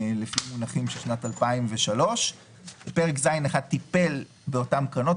לפי מונחים של שנת 2003. פרק ז'1 טיפל באותן קרנות.